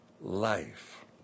life